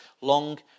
long